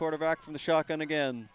quarterback from the shock and again